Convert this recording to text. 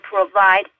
provide